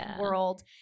world